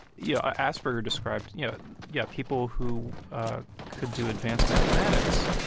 you know, asperger described, you know, yeah people who ah could do advanced mathematics,